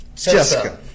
Jessica